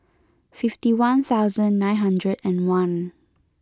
fifty one nine hundred and one